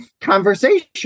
conversation